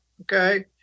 okay